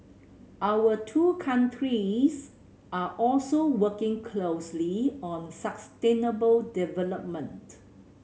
our two countries are also working closely on sustainable development